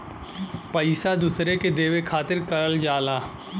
पइसा दूसरे के देवे खातिर करल जाला